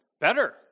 better